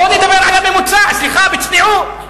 בואו נדבר על הממוצע, סליחה, בצניעות.